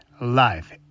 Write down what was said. life